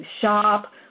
shop